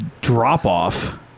drop-off